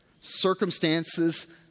Circumstances